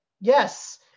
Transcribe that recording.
Yes